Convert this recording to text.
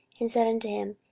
and said unto him,